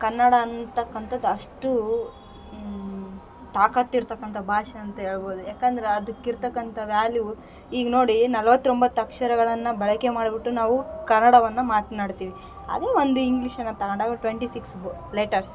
ಕನ್ನಡ ಅಂತಕ್ಕಂಥದ್ ಅಷ್ಟು ತಾಕತ್ ಇರ್ತಕ್ಕಂಥ ಭಾಷೆ ಅಂತ ಹೇಳ್ಬೌದು ಯಾಕಂದ್ರೆ ಅದಕಿರ್ತಕ್ಕಂಥ ವ್ಯಾಲ್ಯೂ ಈಗ ನೋಡಿ ನಲ್ವತ್ತೊಂಬತ್ತು ಅಕ್ಷರಗಳನ್ನು ಬಳಕೆ ಮಾಡಿ ಬಿಟ್ಟು ನಾವು ಕನ್ನಡವನ್ನು ಮಾತನಾಡ್ತಿವಿ ಅದೇ ಒಂದು ಇಂಗ್ಲಿಷ್ನ ತಗೊಂಡಾಗ ಟ್ವೆಂಟಿ ಸಿಕ್ಸ್ ಬ ಲೆಟರ್ಸ್